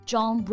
John